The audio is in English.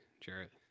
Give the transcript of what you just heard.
Jarrett